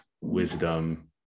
wisdom